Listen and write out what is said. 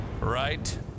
right